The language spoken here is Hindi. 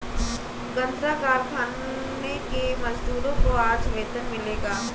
गन्ना कारखाने के मजदूरों को आज वेतन मिलेगा